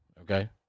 Okay